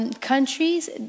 Countries